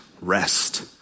rest